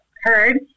heard